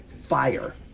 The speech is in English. Fire